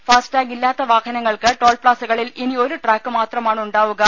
ഫാസ്ടാഗില്ലാത്ത വാഹനങ്ങൾക്ക് ടോൾപ്പാസകളിൽ ഇനി ഒരു ട്രാക്ക് മാത്രമാണുണ്ടാവുക